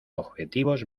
objetivos